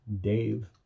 Dave